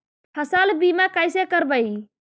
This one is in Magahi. फसल बीमा कैसे करबइ?